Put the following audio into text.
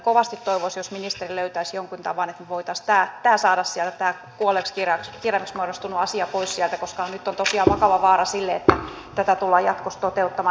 kovasti toivoisin jos ministeri löytäisi jonkun tavan että me voisimme saada tämän kuolleeksi kirjaimeksi muodostuneen asian pois sieltä koska nyt on tosiaan vakava vaara sille että tätä tullaan jatkossa toteuttamaan